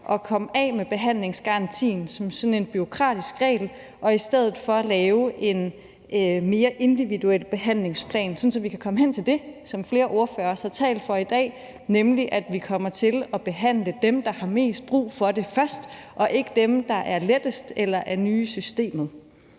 at komme af med behandlingsgarantien som sådan en bureaukratisk regel og i stedet for lave en mere individuel behandlingsplan, sådan at vi kan komme hen til det, som flere ordførere også har talt for i dag, nemlig at vi kommer til at behandle dem, der har mest brug for det først, og ikke dem, der er lettest eller er nye i systemet.